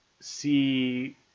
see